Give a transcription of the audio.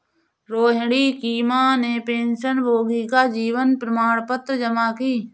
रोहिणी की माँ ने पेंशनभोगी का जीवन प्रमाण पत्र जमा की